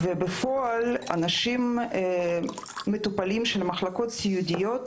אבל בפועל מטופלים של מחלקות סיעודיות,